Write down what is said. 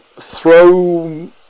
throw